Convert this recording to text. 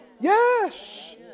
Yes